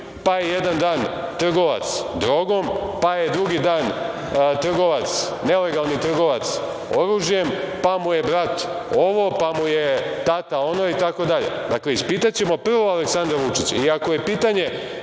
pa je jedan dan trgovac drogom, pa je drugi dan trgovac, nelegalni trgovac oružjem, pa mu je brat ovo, pa mu je tata ono, itd. Dakle, ispitaćemo prvo Aleksandra Vučića. Ako je pitanje